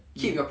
um